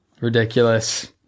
ridiculous